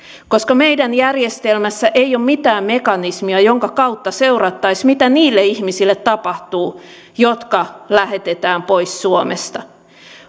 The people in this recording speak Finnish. koska meidän järjestelmässämme ei ole mitään mekanismia jonka kautta seurattaisiin mitä tapahtuu niille ihmisille jotka lähetetään pois suomesta